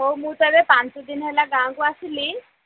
ହଉ ମୁଁ ତାହାଲେ ପାଞ୍ଚଦିନ ହେଲା ଗାଆଁକୁ ଆସିଲି